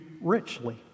richly